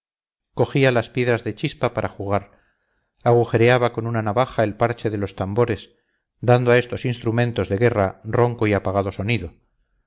cogía las piedras de chispa para jugar agujereaba con una navaja el parche de los tambores dando a estos instrumentos de guerra ronco y apagado sonido